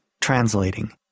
translating